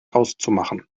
auszumachen